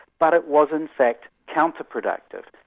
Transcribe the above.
but it was in fact counterproductive.